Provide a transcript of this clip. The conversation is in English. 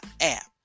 app